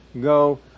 go